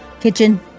kitchen